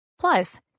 plus